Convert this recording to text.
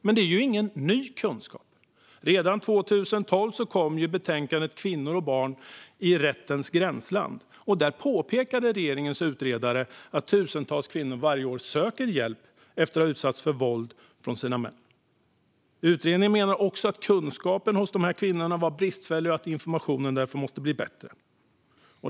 Detta är dock ingen ny kunskap; redan 2012 kom betänkandet Kvinnor och barn i rättens gränsland , där regeringens utredare påpekade att tusentals kvinnor varje år söker hjälp efter att ha utsatts för våld av sina män. Utredningen menar också att kunskapen hos kvinnorna var bristfällig och att informationen därför måste bli bättre.